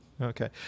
Okay